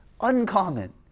Uncommon